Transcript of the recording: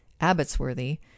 abbotsworthy